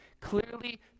clearly